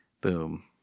Boom